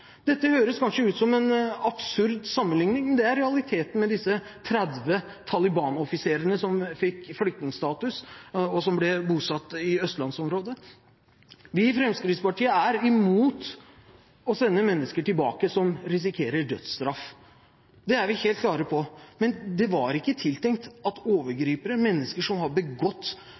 Dette høres kanskje ut som en absurd sammenligning, men det er realiteten med disse 30 Taliban-offiserene som fikk flyktningstatus, og som ble bosatt i østlandsområdet. Vi i Fremskrittspartiet er imot å sende mennesker tilbake som risikerer dødsstraff. Det er vi helt klare på. Men det var ikke tiltenkt at